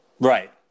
Right